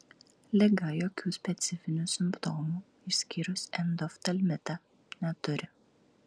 liga jokių specifinių simptomų išskyrus endoftalmitą neturi